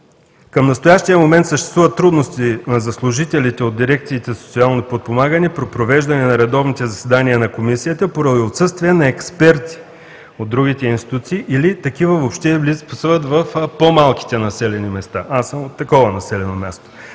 Към настоящия момент съществуват трудности за служителите от дирекциите „Социално подпомагане“ при провеждане на редовните заседания на Комисията, поради отсъствие на експерти от другите институции или такива въобще липсват в по-малките населени места. Аз съм от такова населено място.